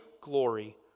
glory